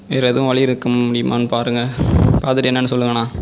வேற எதுவும் வழி இருக்க முடியுமான்னு பாருங்கள் பார்த்துட்டு என்னன்னு சொல்லுங்கண்ணா